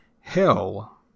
hell